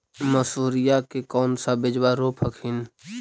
मसुरिया के कौन सा बिजबा रोप हखिन?